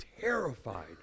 terrified